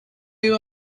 you